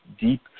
deep